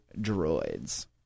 droids